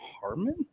Harmon